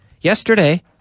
yesterday